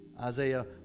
Isaiah